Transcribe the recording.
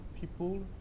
people